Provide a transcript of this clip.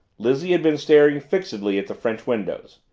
lizzie had been staring fixedly at the french windows.